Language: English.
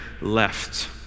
left